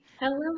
Hello